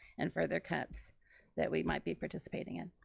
and further cuts that we might be participating in.